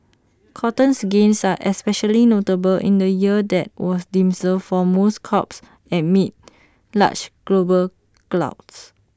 cotton's gains are especially notable in A year that was dismal for most crops amid large global gluts